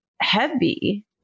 heavy